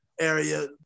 area